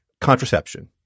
contraception